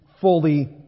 fully